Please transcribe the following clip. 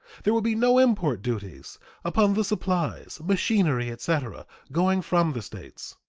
there would be no import duties upon the supplies, machinery, etc, going from the states.